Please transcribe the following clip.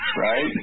right